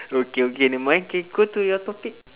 okay okay never mind K go to your topic